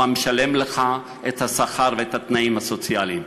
המשלם לך את השכר ואת התנאים הסוציאליים.